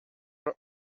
are